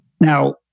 Now